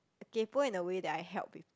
kaypo in the way that I help with